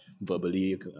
verbally